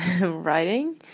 writing